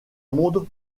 monde